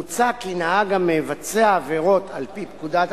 מוצע כי נהג המבצע עבירות על-פי פקודת